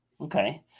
Okay